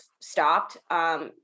stopped